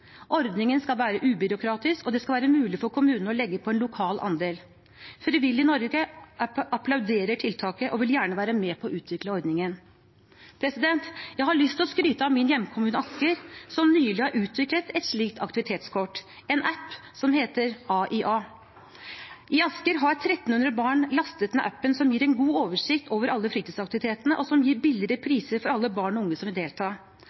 Ordningen skal være ubyråkratisk, og det skal være mulig for kommunen å legge på en lokal andel. Frivillighet Norge applauderer tiltaket og vil gjerne være med på å utvikle ordningen. Jeg har lyst til å skryte av min hjemkommune Asker, som nylig har utviklet et slikt aktivitetskort, en app som heter A!A. I Asker har 1 300 barn lastet ned appen, som gir en god oversikt over alle fritidsaktivitetene, og som gir billigere priser for alle barn og unge som vil delta.